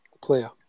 player